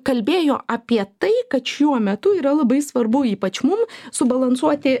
kalbėjo apie tai kad šiuo metu yra labai svarbu ypač mum subalansuoti